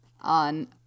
on